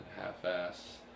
half-ass